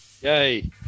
Yay